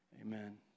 amen